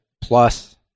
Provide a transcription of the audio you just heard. plus